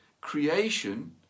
creation